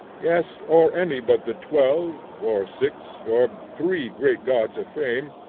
yes, or any but the twelve, or six, or three great gods of fame?